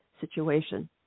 situation